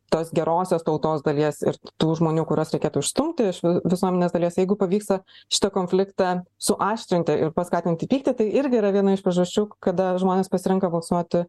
tos gerosios tautos dalies ir tų žmonių kuriuos reikėtų išstumti iš visuomenės dalies jeigu pavyksta šitą konfliktą suaštrinti ir paskatinti pyktį tai irgi yra viena iš priežasčių kada žmonės pasirenka balsuoti